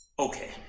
Okay